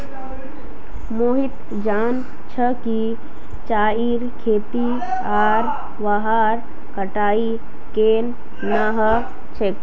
मोहित जान छ कि चाईर खेती आर वहार कटाई केन न ह छेक